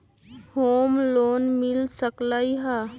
Home loan मिल सकलइ ह?